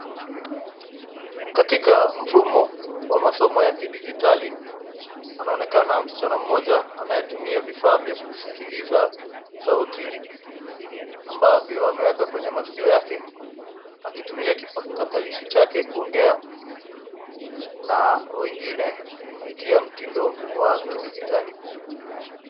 Katika mfumo wa masomo ya kidijitali, anaonekana msichana mmoja anayetumia vifaa vya kusikiliza sauti, ambavyo ameweka kwenye masikio yake, akitumia kipakatalishi chake kuongea, na wengine kupitia mtindo wa kidijitali.